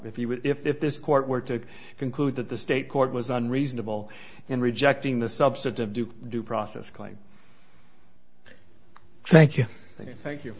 if you would if this court were to conclude that the state court was unreasonable in rejecting the substantive do due process going thank you thank you